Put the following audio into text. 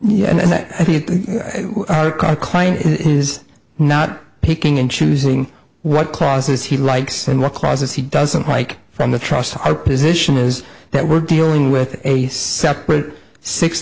yet and that the client is not picking and choosing what clauses he likes and what clauses he doesn't like from the trust our position is that we're dealing with a separate sixth